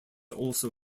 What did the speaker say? also